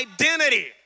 identity